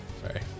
Sorry